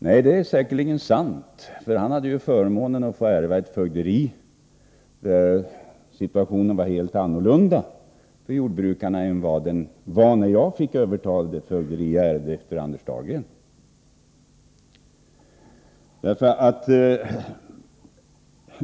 Nej, det är säkerligen sant, därför att han hade förmånen att få ärva ett fögderi där situationen för jordbrukarna var helt annorlunda än den situation som rådde när jag övertog detta fögderi efter Anders Dahlgren.